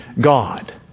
God